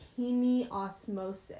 chemiosmosis